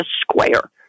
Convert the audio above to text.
square